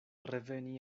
reveni